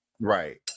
Right